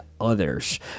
others